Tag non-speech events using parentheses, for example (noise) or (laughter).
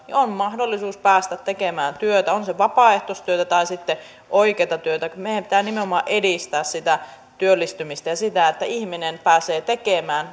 on mahdollisuus päästä tekemään työtä on se vapaaehtoistyötä tai sitten oikeata työtä meidänhän pitää nimenomaan edistää sitä työllistymistä ja sitä että ihminen pääsee tekemään (unintelligible)